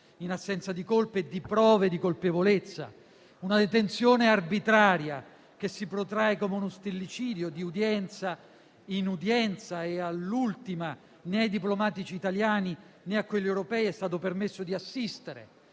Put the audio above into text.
in assenza di colpa e di prove di colpevolezza. Una detenzione arbitraria che si protrae, come uno stillicidio, di udienza in udienza; all'ultima, né ai diplomatici italiani, né a quelli europei è stato permesso di assistere.